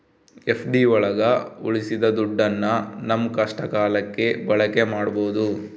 FD ಒಳಗ ಉಳ್ಸಿದ ದುಡ್ಡನ್ನ ನಮ್ ಕಷ್ಟ ಕಾಲಕ್ಕೆ ಬಳಕೆ ಮಾಡ್ಬೋದು